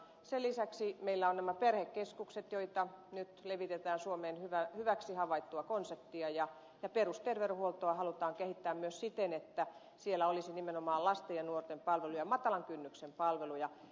sen lisäksi meillä on nämä perhekeskukset joita nyt levitetään suomeen hyväksi havaittua konseptia ja perusterveydenhuoltoa halutaan kehittää myös siten että siellä olisi nimenomaan lasten ja nuorten palveluja matalan kynnyksen palveluja